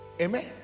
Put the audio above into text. amen